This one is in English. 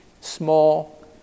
small